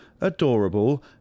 adorable